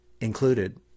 included